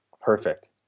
Perfect